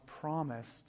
promised